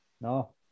No